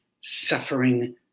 suffering